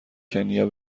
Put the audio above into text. کنیا